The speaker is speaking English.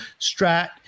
Strat